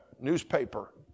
newspaper